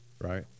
right